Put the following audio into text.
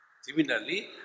Similarly